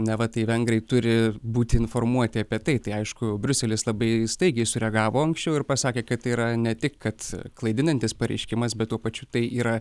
neva tai vengrai turi būti informuoti apie tai tai aišku briuselis labai staigiai sureagavo anksčiau ir pasakė kad tai yra ne tik kad klaidinantis pareiškimas bet tuo pačiu tai yra